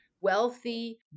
wealthy